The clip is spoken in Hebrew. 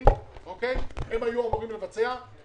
בכבישים פעם אי אפשר היה ללכת,